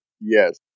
Yes